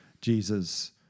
Jesus